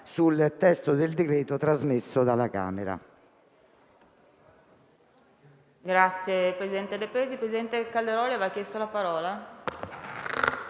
sul testo del decreto trasmesso dalla Camera.